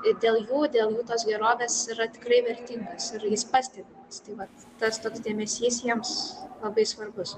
dėl jų dėl tos gerovės yra tikrai vertingas ir jis pastebimas tai vat tas toks dėmesys jiems labai svarbus